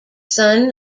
son